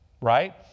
Right